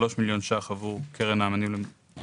שלושה מיליון שקלים עבור קרן האמנים במצוקה.